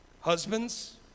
Husbands